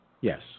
Yes